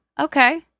Okay